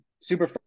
Super